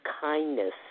kindness